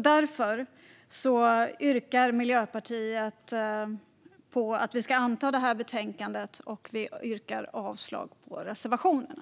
Därför yrkar jag bifall till förslaget i betänkandet och avslag på reservationerna.